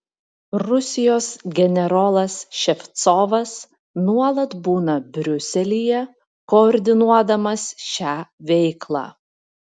rusijos generolas ševcovas nuolat būna briuselyje koordinuodamas šią veiklą